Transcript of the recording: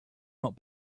not